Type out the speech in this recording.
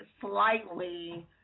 slightly